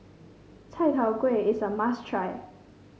Chai Tow Kuay is a must try